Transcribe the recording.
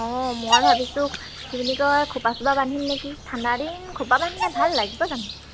অঁ মই ভাবিছোঁ কি বুলি কয় খোপা চোপা বান্ধিম নেকি ঠাণ্ডা দিন খোপা বান্ধিলে ভাল লাগিব জানো